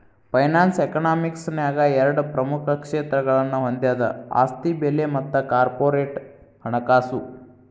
finance ಯಕನಾಮಿಕ್ಸ ನ್ಯಾಗ ಎರಡ ಪ್ರಮುಖ ಕ್ಷೇತ್ರಗಳನ್ನ ಹೊಂದೆದ ಆಸ್ತಿ ಬೆಲೆ ಮತ್ತ ಕಾರ್ಪೊರೇಟ್ ಹಣಕಾಸು